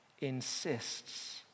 insists